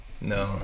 no